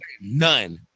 None